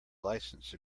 license